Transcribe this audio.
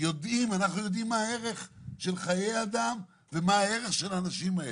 יודעת מה הערך של חיי אדם ומה הערך של האנשים האלו.